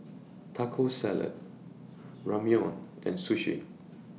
Taco Salad Ramyeon and Sushi